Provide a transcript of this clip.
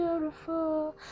beautiful